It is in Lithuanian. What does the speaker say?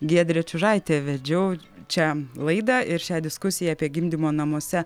giedrė čiužaitė vedžiau čia laidą ir šią diskusiją apie gimdymo namuose